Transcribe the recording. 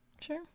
sure